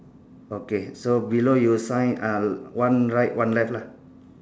okay so below your sign uh one right one left lah